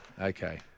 Okay